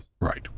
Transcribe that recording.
Right